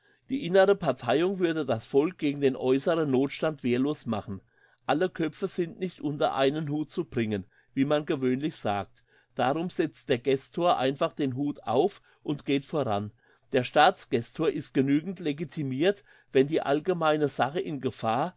die innere parteiung würde das volk gegen den äusseren nothstand wehrlos machen alle köpfe sind nicht unter einen hut zu bringen wie man gewöhnlich sagt darum setzt der gestor einfach den hut auf und geht voran der staatsgestor ist genügend legitimirt wenn die allgemeine sache in gefahr